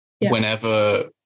whenever